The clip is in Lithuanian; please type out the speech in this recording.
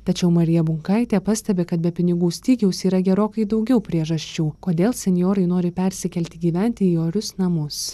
tačiau marija bunkaitė pastebi kad be pinigų stygiaus yra gerokai daugiau priežasčių kodėl senjorai nori persikelti gyventi į orius namus